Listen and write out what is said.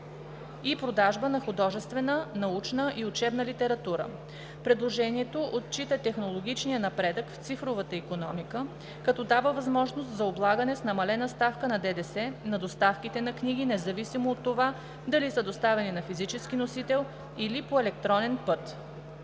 и продажба на художествена, научна и учебна литература. Предложението отчита технологичния напредък в цифровата икономика, като дава възможност за облагане с намалена ставка на ДДС на доставките на книги, независимо от това дали са доставяни на физически носители, или по електронен път,